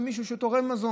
לזו של מישהו שתורם מזון.